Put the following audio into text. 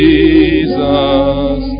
Jesus